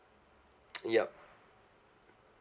yup